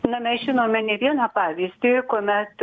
na mes žinome ne vieną pavyzdį kuomet